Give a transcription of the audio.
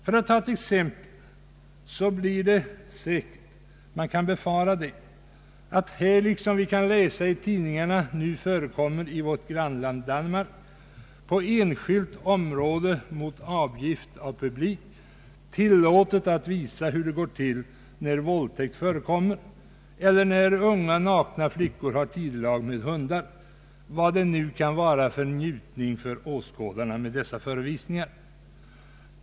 Det blir säkert, man kan befara det, likadant här som det efter vad vi kan läsa i tidningarna nu är i vårt grannland Danmark, där det på enskilt område mot avgift för publik är tillåtet att visa hur det går till när våldtäkt förekommer eller när unga nakna flickor har tidelag med hundar. Vad det nu kan vara för njutning för åskådarna med dessa förevisningar.